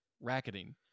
racketing